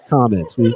comments